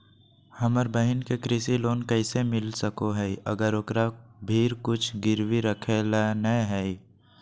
हमर बहिन के कृषि लोन कइसे मिल सको हइ, अगर ओकरा भीर कुछ गिरवी रखे ला नै हइ?